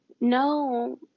no